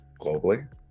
globally